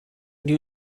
new